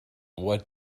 what